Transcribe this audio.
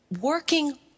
working